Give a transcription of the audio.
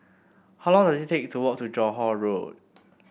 how long does it take to walk to Johore Road